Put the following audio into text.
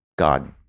God